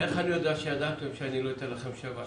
איך ידעתם שאני לא אתן לכם שבע שנים?